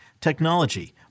technology